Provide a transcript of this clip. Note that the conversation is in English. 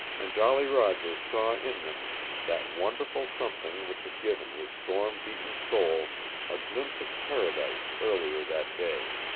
and jolly roger saw in them that wonderful something which had given his storm-beaten soul a glimpse of paradise earlier that day.